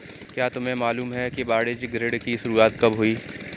क्या तुम्हें मालूम है कि वाणिज्य ऋण की शुरुआत कब हुई?